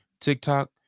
TikTok